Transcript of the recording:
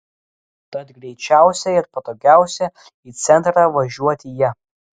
tad greičiausia ir patogiausia į centrą važiuoti ja